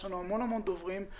יש לנו דוברים רבים,